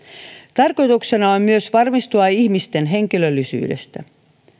tarkoituksena on myös varmistua ihmisten henkilöllisyydestä